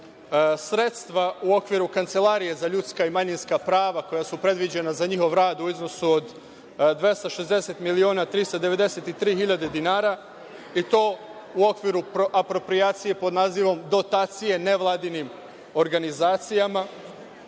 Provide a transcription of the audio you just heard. Sredstva u okviru Kancelarije za ljudska i manjinska prava koja su predviđena za njihov rad u iznosu 260 miliona 393 hiljade dinara i to u okviru aproprijacije pod nazivom „Dotacije nevladinim organizacijama“,